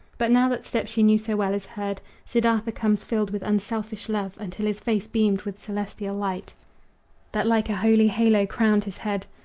but now that step she knew so well is heard. siddartha comes, filled with unselfish love until his face beamed with celestial light that like a holy halo crowned his head.